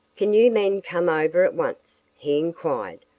can you men come over at once? he inquired.